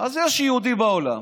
אז יש יהודי בעולם